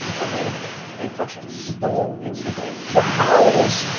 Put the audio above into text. ah wait a minute, they fuckin' stole instagram. the how is,